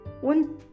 One